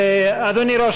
אדוני ראש